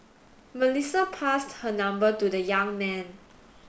Melissa passed her number to the young man